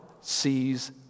sees